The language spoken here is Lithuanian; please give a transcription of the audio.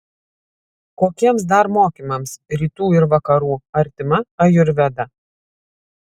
kokiems dar mokymams rytų ir vakarų artima ajurvedą